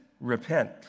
Repent